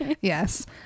yes